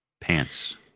Pants